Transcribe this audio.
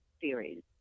series